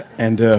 and